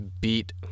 beat